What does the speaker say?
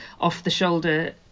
off-the-shoulder